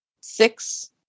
six